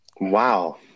Wow